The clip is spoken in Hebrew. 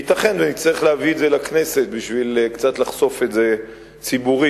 ייתכן שנצטרך להביא את זה לכנסת בשביל קצת לחשוף את זה ציבורית,